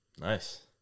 Nice